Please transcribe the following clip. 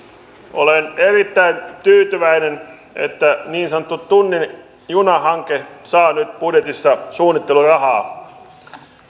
olen erittäin tyytyväinen että niin sanottu tunnin juna hanke saa nyt budjetissa suunnittelurahaa